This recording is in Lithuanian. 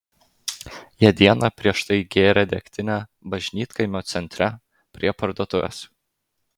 jie dieną prieš tai gėrė degtinę bažnytkaimio centre prie parduotuvės